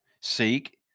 Seek